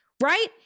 Right